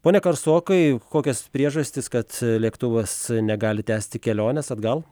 pone karsokai kokios priežastys kad lėktuvas negali tęsti kelionės atgal